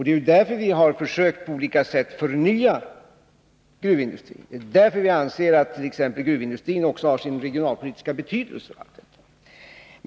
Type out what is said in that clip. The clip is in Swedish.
Det är också därför som vi på olika sätt försökt förnya gruvindustrin. Det har skett även därför att vi anser att gruvindustrin har sin regionalpolitiska betydelse.